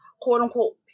quote-unquote